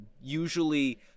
usually